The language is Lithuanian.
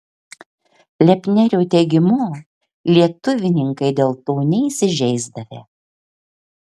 lepnerio teigimu lietuvininkai dėl to neįsižeisdavę